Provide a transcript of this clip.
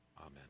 Amen